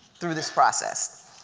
through this process.